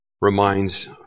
reminds